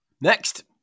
Next